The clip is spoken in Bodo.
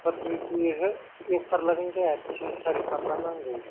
बा ओहो एक फारलाजों जाया थिन सारि फारला नांगौ